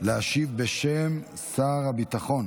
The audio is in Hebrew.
להשיב על ההצעה בשם שר הביטחון.